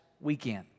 weekend